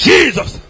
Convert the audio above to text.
Jesus